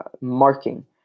marking